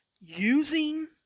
Using